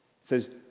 says